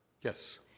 Yes